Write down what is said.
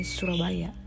Surabaya